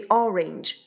orange